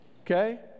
okay